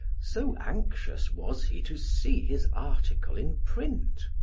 so anxious was he to see his article in print.